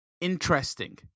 interesting